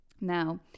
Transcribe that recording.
now